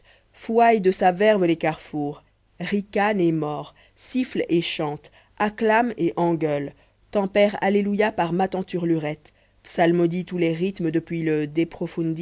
fouaille de sa verve les carrefours ricane et mord siffle et chante acclame et engueule tempère alleluia par matanturlurette psalmodie tous les rythmes depuis le